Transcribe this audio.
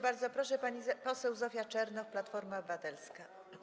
Bardzo proszę, pani poseł Zofia Czernow, Platforma Obywatelska.